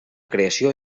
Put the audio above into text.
creació